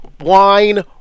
Wine